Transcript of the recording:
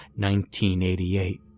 1988